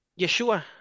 Yeshua